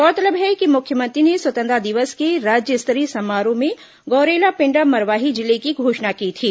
गौरतलब है कि मुख्यमंत्री ने स्वतंत्रता दिवस के राज्य स्तरीय समारोह में गौरेला पेण्ड्रा मरवाही जिले की घोषणा की थी